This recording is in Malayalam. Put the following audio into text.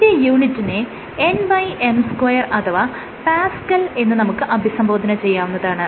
ഇതിന്റെ യൂണിറ്റിനെ Nm2 അഥവാ പാസ്ക്കൽ എന്ന് നമുക്ക് അഭിസംബോധന ചെയ്യാവുന്നതാണ്